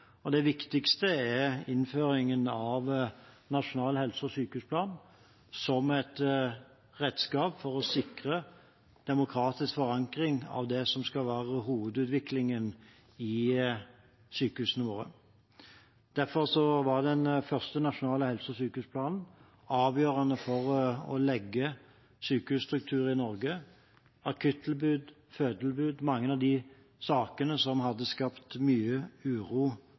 regjering. Det viktigste er innføringen av Nasjonal helse- og sykehusplan som et redskap for å sikre demokratisk forankring av det som skal være hovedutviklingen i sykehusene våre. Derfor var den første nasjonale helse- og sykehusplanen avgjørende for å legge sykehusstrukturen i Norge med tanke på akuttilbud, fødetilbud og mange av de sakene som hadde skapt mye uro